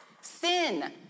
sin